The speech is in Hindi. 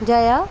जया